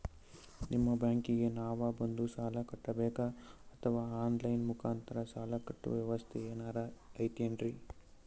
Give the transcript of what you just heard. ನಿಮ್ಮ ಬ್ಯಾಂಕಿಗೆ ನಾವ ಬಂದು ಸಾಲ ಕಟ್ಟಬೇಕಾ ಅಥವಾ ಆನ್ ಲೈನ್ ಮುಖಾಂತರ ಸಾಲ ಕಟ್ಟುವ ವ್ಯೆವಸ್ಥೆ ಏನಾರ ಐತೇನ್ರಿ?